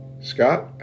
Scott